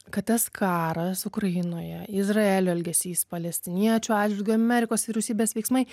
kad tas karas ukrainoje izraelio elgesys palestiniečių atžvilgiu amerikos vyriausybės veiksmai